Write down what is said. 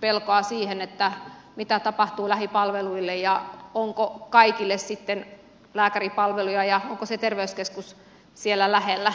pelkoa siitä mitä tapahtuu lähipalveluille ja onko kaikille sitten lääkäripalveluja ja onko se terveyskeskus siellä lähellä